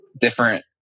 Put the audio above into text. different